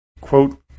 quote